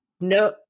no